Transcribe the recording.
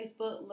Facebook